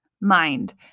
mind